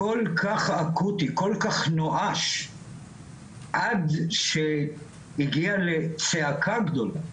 הכול כך אקוטי, כל כך נואש עד שהגיע לצעקה גדולה,